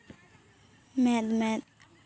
ᱢᱮᱫ ᱢᱮᱫ